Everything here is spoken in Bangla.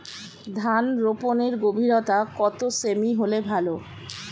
ধান রোপনের গভীরতা কত সেমি হলে ভালো?